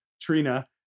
Trina